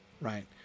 right